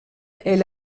est